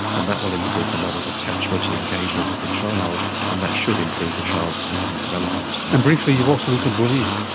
and that will improve the mother's attachment and engagement with the child and that should improve the child's development. and briefly, you've also looked at bullying?